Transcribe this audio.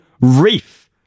Reef